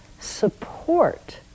support